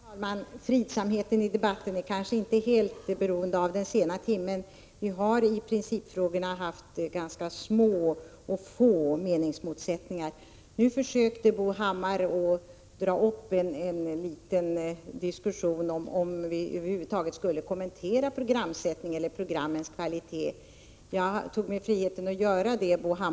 Herr talman! Fridsamheten i debatten är kanske inte helt beroende av den sena timmen. I principfrågorna har vi haft ganska få och små meningsmotsättningar. Nu försökte Bo Hammar dra upp en liten diskussion om huruvida vi över huvud taget skulle kommentera programsättningen eller programmens kvalitet. Jag tog mig friheten att göra det.